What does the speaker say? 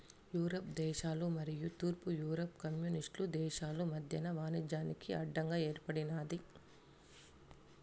Europe దేశాలు మరియు తూర్పు యూరప్ కమ్యూనిస్టు దేశాలు మధ్యన వాణిజ్యానికి అడ్డం ఏర్పడినాది